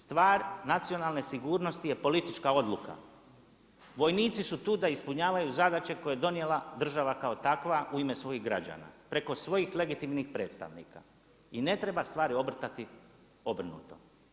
Stvar nacionalne sigurnosti je politička odluka, vojnici su tu da ispunjavaju zadaće koje je donijela država kao takva u ime svojih građana, preko svojih legitimnih predstavnika i ne treba stvari obrtati obrnuto.